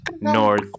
North